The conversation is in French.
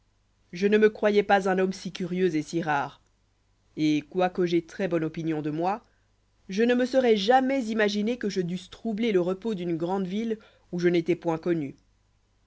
je ne me croyois pas un homme si curieux et si rare et quoique j'aie très-bonne opinion de moi je ne me serois jamais imaginé que je dusse troubler le repos d'une grande ville où je n'étois point connu